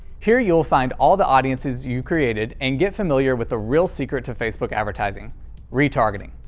here you will find all the audiences you created and get familiar with the real secret to facebook advertising retargeting.